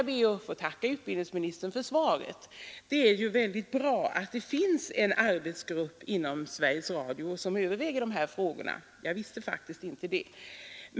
Jag ber nu att få tacka utbildningsministern för svaret. Det är väldigt bra att det finns en arbetsgrupp inom Sveriges Radio som överväger just dessa frågor. Jag visste faktiskt inte det.